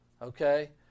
Okay